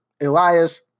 Elias